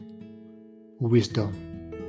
wisdom